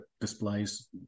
displays